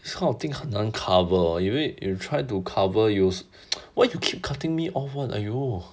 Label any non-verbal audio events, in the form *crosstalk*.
this kind of thing 很难 cover hor 因为 if you tried to cover you still *laughs* why you keep cutting me off [one] !aiyo!